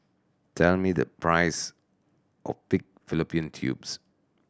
tell me the price of pig fallopian tubes